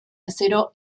acero